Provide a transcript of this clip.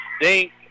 Dink